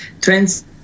trends